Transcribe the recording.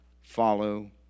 follow